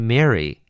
Mary